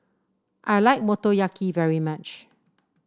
I like Motoyaki very much